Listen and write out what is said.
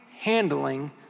handling